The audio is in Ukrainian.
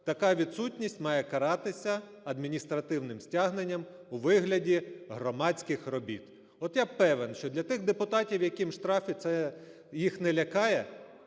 така відсутність має каратися адміністративним стягненням у вигляді громадських робіт. От я певен, що для тих депутатів, яким штрафи – це їх не лякає,